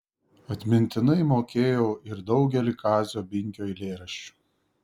atmintinai mokėjau ir daugelį kazio binkio eilėraščių